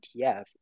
ETF